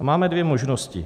Máme dvě možnosti.